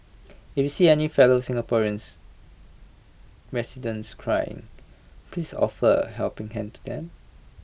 if see any fellow Singaporeans residents crying please offer A helping hand to them